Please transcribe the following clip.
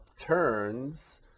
turns